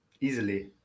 easily